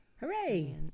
hooray